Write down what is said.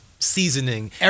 Seasoning